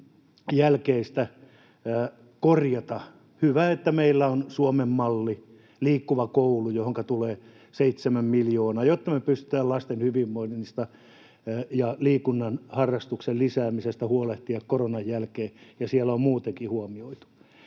korjata. Hyvä, että meillä on Suomen malli, Liikkuva koulu, johonka tulee seitsemän miljoonaa, jotta me pystytään lasten hyvinvoinnista ja liikunnan harrastuksen lisäämisestä huolehtimaan koronan jälkeen, ja siellä on muutakin huomioitu.